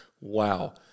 Wow